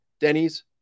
Denny's